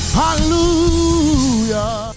hallelujah